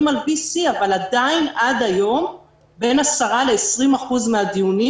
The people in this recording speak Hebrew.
על וי-סי אבל עדיין עד היום בין 10% 20% מהדיונים,